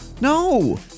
No